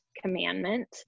commandment